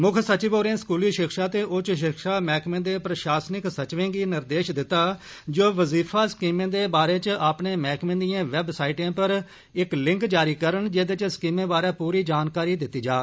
मुक्ख सचिव होरे स्कूली शिक्षा ते उच्च शिक्षा मैहकमे दे प्रशासनिक सचिवें गी निर्देश दिता जे ओ वजीफा स्कीमें दे बारे च अपने मैहकमे दियें वेबसाइटें पर इक लिंक जारी करन जेदे च स्कीमें बारै पूरी जानकारी उपलब्ध होए